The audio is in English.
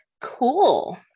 Cool